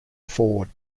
ford